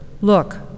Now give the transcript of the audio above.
look